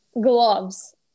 gloves